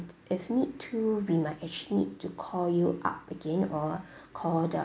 if need to we might actually need to call you up again or call the